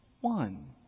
One